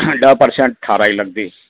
ॾह परसंट ठाहिराई लॻंदी